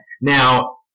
Now